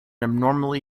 abnormally